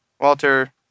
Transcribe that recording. Walter